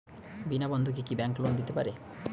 বিনা বন্ধকে কি bank loan দিতে পারে?